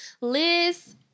Liz